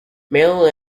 male